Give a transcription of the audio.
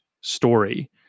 story